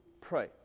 pray